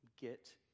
get